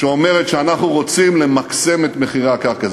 שאומרת שאנחנו רוצים למקסם את מחירי הקרקע.